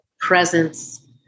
presence